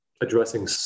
addressing